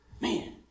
Man